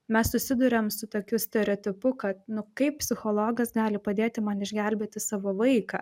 mes susiduriam su tokiu stereotipu kad nu kaip psichologas gali padėti man išgelbėti savo vaiką